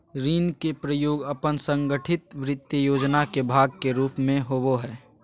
ऋण के प्रयोग अपन संगठित वित्तीय योजना के भाग के रूप में होबो हइ